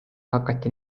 hakati